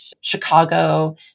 Chicago